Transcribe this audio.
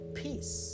peace